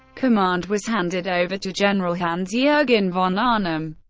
command was handed over to general hans-jurgen von arnim.